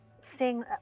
seeing